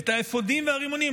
את האפודים והרימונים,